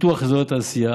פיתוח אזור תעשייה,